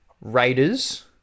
Raiders